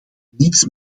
niets